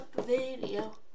video